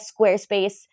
Squarespace